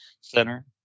Center